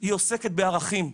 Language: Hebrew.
היא עוסקת בערכים.